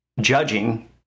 judging